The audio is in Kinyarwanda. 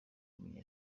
w’umunya